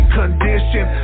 condition